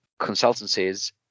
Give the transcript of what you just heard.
consultancies